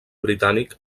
britànic